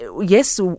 yes